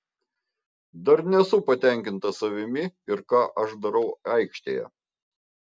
dar nesu patenkintas savimi ir ką aš darau aikštėje